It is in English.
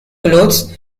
clothes